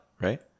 right